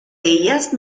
ellas